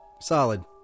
Solid